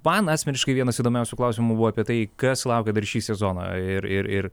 man asmeniškai vienas įdomiausių klausimų buvo apie tai kas laukia dar šį sezoną ir ir ir